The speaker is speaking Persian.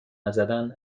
نزدن